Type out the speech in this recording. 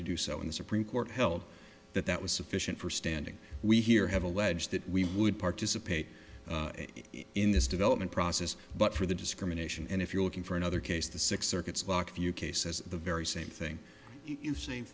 to do so in the supreme court held that that was sufficient for standing we here have alleged that we would participate in this development process but for the discrimination and if you're looking for another case the six circuits walk a few cases the very same thing you say